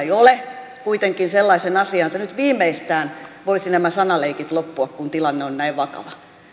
ei ole kuitenkin sellaisen asian että nyt viimeistään voisivat nämä sanaleikit loppua kun tilanne on näin vakava